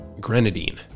grenadine